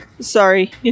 Sorry